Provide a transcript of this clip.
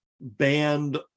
banned